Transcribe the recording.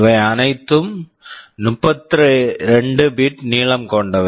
இவை அனைத்தும் 32 bit bit நீளம் கொண்டவை